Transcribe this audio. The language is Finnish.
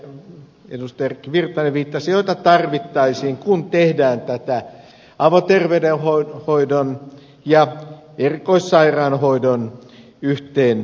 erkki virtanen viittasi joita tarvittaisiin kun tehdään tätä avoterveydenhoidon ja erikoissairaanhoidon yhteenviemistä